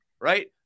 right